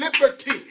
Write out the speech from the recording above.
liberty